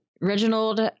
Reginald